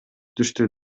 түштү